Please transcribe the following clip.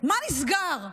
מה נסגר?